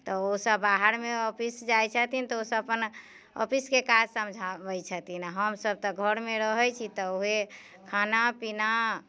तऽ ओ सभ बाहरमे ऑफिस जाइ छथिन तऽ ओ सभ अपन ऑफिसके काज समझाबै छथिन हमसभ तऽ घरमे रहै छी तऽ ओहे खाना पीना